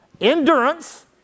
endurance